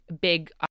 big